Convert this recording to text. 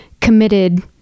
committed